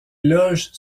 loges